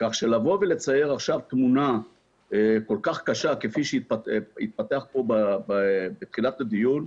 כך שלבוא ולצייר עכשיו תמונה כל כך קשה כפי שהתפתח פה בתחילת הדיון,